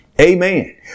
Amen